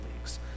leagues